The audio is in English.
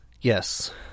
yes